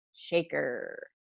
shaker